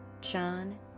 John